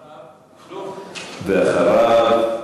ואחריו,